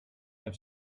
have